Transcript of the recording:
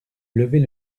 lever